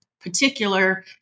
particular